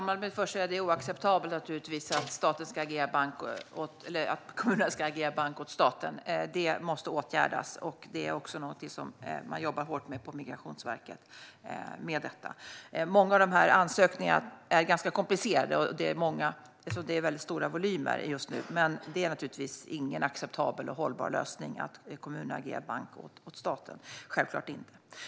Herr talman! Det är naturligtvis oacceptabelt att kommunerna ska agera bank åt staten. Det måste åtgärdas, och det är också något man jobbar hårt med på Migrationsverket. Många ansökningar är ganska komplicerade, och det handlar om mycket stora volymer just nu. Men det är naturligtvis ingen acceptabel och hållbar lösning att kommunerna agerar bank åt staten.